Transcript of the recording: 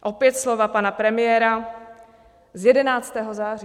Opět slova pana premiéra z 11. září.